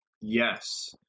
Yes